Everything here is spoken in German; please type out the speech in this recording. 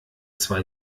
zwei